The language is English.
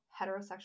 heterosexual